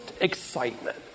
excitement